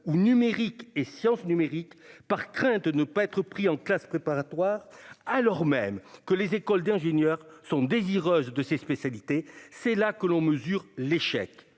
ou numérique et sciences numériques par crainte de ne pas être pris en classe préparatoire, alors même que les écoles d'ingénieurs sont désireuses de ses spécialités, c'est là que l'on mesure l'échec